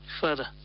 further